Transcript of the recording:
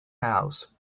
house